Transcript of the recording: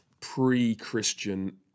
pre-Christian